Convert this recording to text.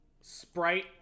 sprite